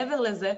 מעבר לזה,